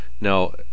Now